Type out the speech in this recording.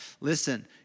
listen